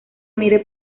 mire